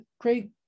Great